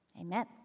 Amen